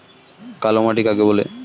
কালো মাটি কাকে বলে?